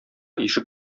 ишек